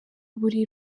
buri